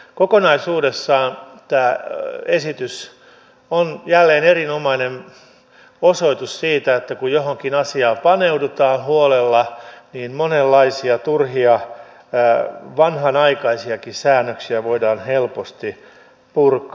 kokonaisuudessaan tämä esitys on jälleen erinomainen osoitus siitä että kun johonkin asiaan paneudutaan huolella niin monenlaisia turhia vanhanaikaisiakin säännöksiä voidaan helposti purkaa